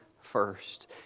first